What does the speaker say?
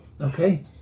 Okay